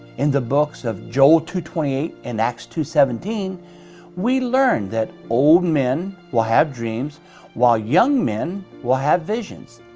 in the books of joel two twenty eight and acts two seventeen we learn that old men will have dreams while young men will have visions.